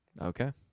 Okay